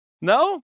no